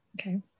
Okay